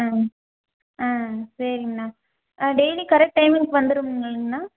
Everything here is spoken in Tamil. ஆ ஆ சரிங்ண்ணா டெய்லி கரெக்ட் டைம்க்கு வந்துடுமில்லிங்ளாங்ண்ணா